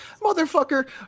motherfucker